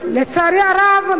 לצערי הרב,